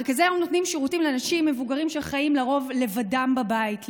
מרכזי היום נותנים שירותים לאנשים מבוגרים שחיים לרוב לבדם בבית,